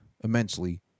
immensely